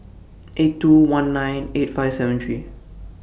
eight two one nine eight five seven three